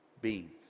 beans